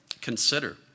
Consider